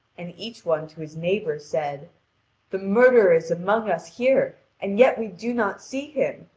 and each one to his neighbour said the murderer is among us here, and yet we do not see him,